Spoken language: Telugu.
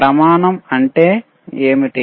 ప్రమాణం అంటే ఏమిటి